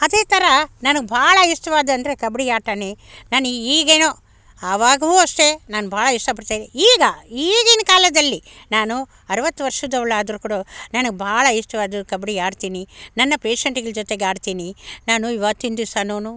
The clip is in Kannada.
ಅದೇ ಥರ ನನ್ಗೆ ಭಾಳ ಇಷ್ಟವಾದ್ದಂದ್ರೆ ಕಬಡ್ಡಿ ಆಟವೇ ನಾನು ಈಗೇನು ಅವಾಗೂ ಅಷ್ಟೇ ನಾನು ಬಹಳ ಇಷ್ಟಪಡ್ತಾ ಇದ್ದೆ ಈಗ ಈಗಿನ ಕಾಲದಲ್ಲಿ ನಾನು ಅರವತ್ತು ವರ್ಷದವಳಾದ್ರು ಕೂಡ ನನ್ಗೆ ಭಾಳ ಇಷ್ಟವಾದದ್ದು ಕಬಡ್ಡಿ ಆಡ್ತೀನಿ ನನ್ನ ಪೇಷೆಂಟ್ಗಳ ಜೊತೆಗೆ ಆಡ್ತೀನಿ ನಾನು ಇವತ್ತಿನ ದಿವಸವೂ